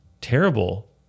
terrible